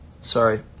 sorry